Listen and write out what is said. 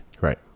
Right